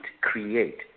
create